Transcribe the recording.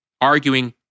arguing